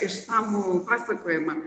išsamų pasakojimą